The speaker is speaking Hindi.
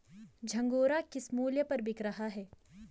झंगोरा किस मूल्य पर बिक रहा है?